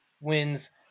wins